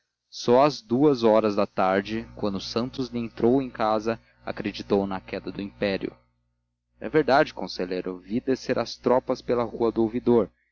só às duas horas da tarde quando santos lhe entrou em casa acreditou na queda do império é verdade conselheiro vi descer as tropas pela rua do ouvidor